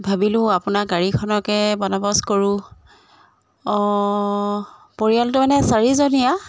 ভাবিলোঁ আপোনাৰ গাড়ীখনকে বন্দৱস্ত কৰোঁ অঁ পৰিয়ালটো মানে চাৰিজনীয়া